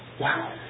Wow